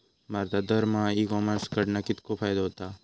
भारतात दरमहा e commerce कडणा कितको फायदो होता?